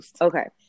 okay